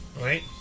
right